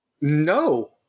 No